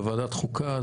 בוועדת החוקה,